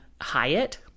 Hyatt